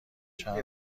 چند